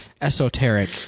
esoteric